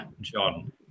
John